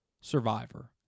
Survivor